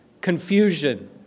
confusion